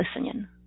listening